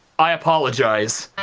i apologize.